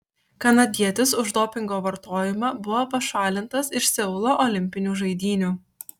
kanadietis už dopingo vartojimą buvo pašalintas iš seulo olimpinių žaidynių